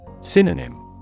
Synonym